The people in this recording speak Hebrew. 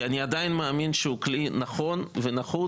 אני עדיין מאמין שהכלי הזה הוא כלי נכון ונחוץ.